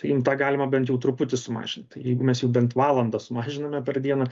tai jiem tą galima bent jau truputį sumažint tai jeigu mes jau bent valandą sumažiname per dieną